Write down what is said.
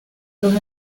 los